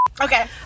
Okay